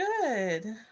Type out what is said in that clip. good